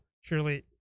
Surely